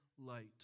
light